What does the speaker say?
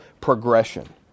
progression